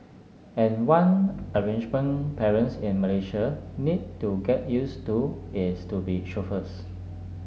and one arrangement parents in Malaysia need to get used to is to be chauffeurs